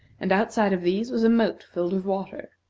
and outside of these was a moat filled with water.